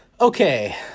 Okay